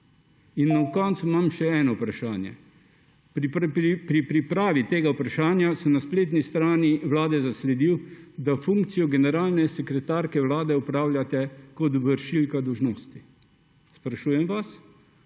In na koncu imam še eno vprašanje. Pri pripravi tega vprašanja sem na spletni strani Vlade zasledil, da funkcijo generalne sekretarke Vlade opravljate kot vršilka dolžnosti. Sprašujem vas: